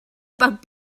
about